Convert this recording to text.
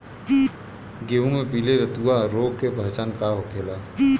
गेहूँ में पिले रतुआ रोग के पहचान का होखेला?